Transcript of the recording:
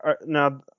now